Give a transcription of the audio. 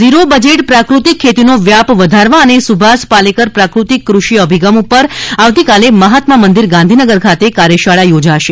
zero budget પ્રાકૃતિક ખેતીનો વ્યાપ વધારવા અને સુભાષ પાલેકર પ્રાકૃતિક કૃષિ અભિગમ ઉપર આવતીકાલે મહાત્મા મંદિર ગાંધીનગર ખાતે કાર્યશાળા યોજાશે